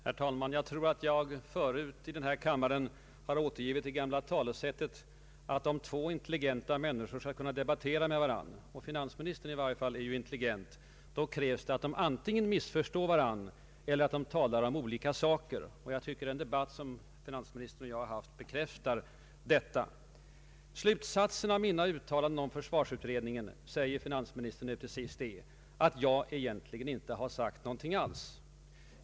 Herr talman! Jag tror att jag förut i denna kammare har återgett det gamla talesättet, att om två intelligenta människor skall kunna debattera med varandra — finansministern i varje fall är ju intelligent — då krävs det antingen att de missförstår varandra eller att de talar om olika saker. Jag tycker att den debatt som finansministern och jag haft bekräftar detta. Slutsatsen av mina uttalanden om försvarsutredningen, säger finansministern, är att jag egentligen ”inte har sagt någonting alls”.